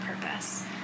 purpose